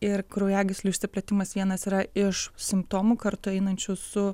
ir kraujagyslių išsiplėtimas vienas yra iš simptomų kartu einančių su